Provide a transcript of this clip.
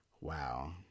Wow